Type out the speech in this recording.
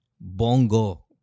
bongo